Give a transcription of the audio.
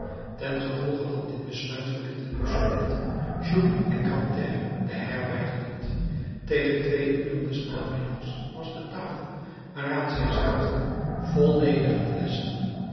ten gevolge van dit besluit verlieten bossuet joly en grantaire de herberg niet tegen twee uren des namiddags was de tafel waaraan zij zaten vol ledige flesschen